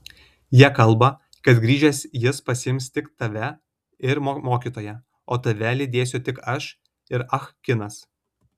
jie kalba kad grįžęs jis pasiims tik tave ir mokytoją o tave lydėsiu tik aš ir ah kinas